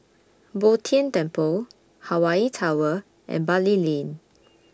Bo Tien Temple Hawaii Tower and Bali Lane